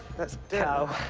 let's do